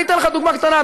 אני אתן לך דוגמה קטנה,